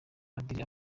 padiri